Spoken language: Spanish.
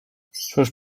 sus